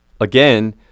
Again